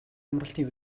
амралтын